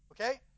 Okay